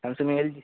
Samsung LG